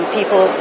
people